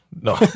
No